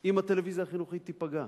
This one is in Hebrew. אם הטלוויזיה החינוכית תיפגע?